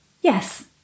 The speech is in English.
yes